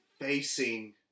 facing